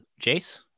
Jace